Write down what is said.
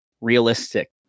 realistic